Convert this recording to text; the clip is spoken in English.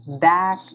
back